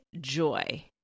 joy